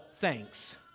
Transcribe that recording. thanks